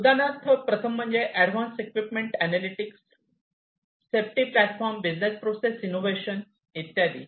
उदाहरणार्थ प्रथम म्हणजे advance equipment analytics safety platform business process innovation इत्यादी